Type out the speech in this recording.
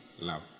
love